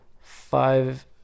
five